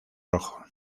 rojo